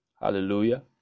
Hallelujah